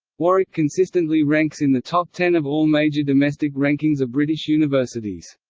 warwick consistently ranks in the top ten of all major domestic rankings of british universities.